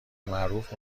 معروف